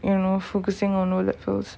you know focusing on know that first